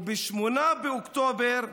וב-8 באוקטובר,